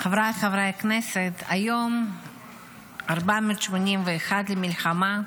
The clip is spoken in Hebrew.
חבריי חברי הכנסת, היום ה-481 למלחמה,